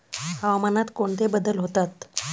हवामानात कोणते बदल होतात?